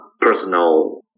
personal